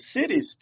cities